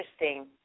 interesting